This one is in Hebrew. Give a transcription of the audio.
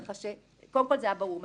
ככה שקודם כול זה היה ברור מההתחלה.